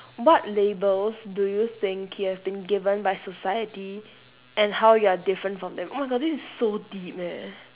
what labels do you think you have been given by society and how you are different from them oh my god this is so deep eh